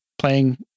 playing